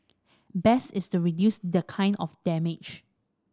best is to reduce the kind of damage